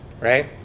right